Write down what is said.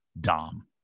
Dom